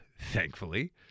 thankfully